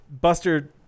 buster